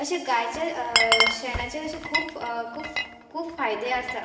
अशे गायेचे शेणाचे अशे खूब खूब खूब फायदे आसा